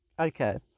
okay